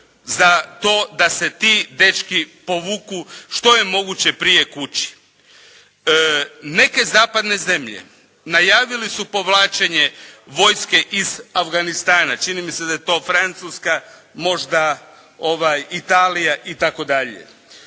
za to da se ti dečki povuku što je moguće prije kući. Neke zapadne zemlje najavile su povlačenje vojske iz Afganistana, čini mi se da je to Francuska, možda Italija itd.